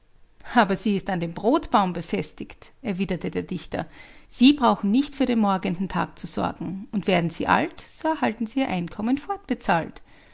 aber sie ist an dem brotbaum befestigt erwiderte der dichter sie brauchen nicht für den morgenden tag zu sorgen und werden sie alt so erhalten sie ihr einkommen